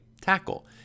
tackle